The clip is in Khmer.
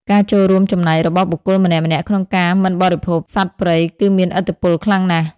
ការចូលរួមចំណែករបស់បុគ្គលម្នាក់ៗក្នុងការមិនបរិភោគសត្វព្រៃគឺមានឥទ្ធិពលខ្លាំងណាស់។